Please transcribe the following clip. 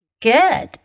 Good